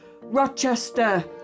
Rochester